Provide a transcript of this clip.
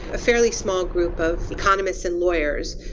a fairly small group of economists and lawyers,